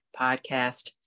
podcast